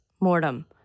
mortem